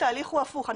כאן התהליך הוא הפוך.